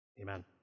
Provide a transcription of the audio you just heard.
Amen